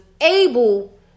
able